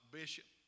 bishop